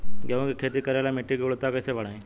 गेहूं के खेती करेला मिट्टी के गुणवत्ता कैसे बढ़ाई?